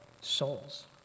souls